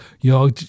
Yo